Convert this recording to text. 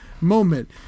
moment